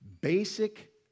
basic